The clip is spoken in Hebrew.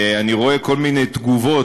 אני רואה כל מיני תגובות,